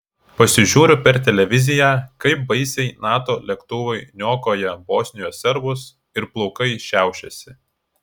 pasižiūriu per televiziją kaip baisiai nato lėktuvai niokoja bosnijos serbus ir plaukai šiaušiasi